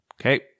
okay